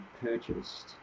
purchased